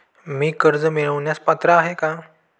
मी कर्ज मिळवण्यास पात्र आहे का?